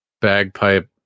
bagpipe